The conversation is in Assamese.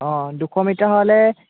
অঁ দুশ মিটাৰ হ'লে